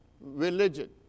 religion